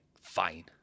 fine